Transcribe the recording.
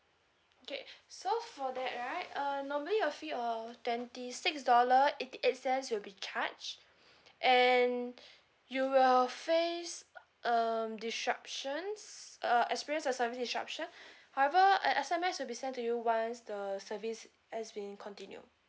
K so for that right uh normally a fee of twenty six dollar eighty eight cents will be charged and you will face um disruptions uh uh experience a service disruption however an S_M_S will be sent to you once the service has been continue